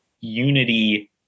unity